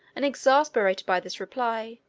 and exasperated by this reply,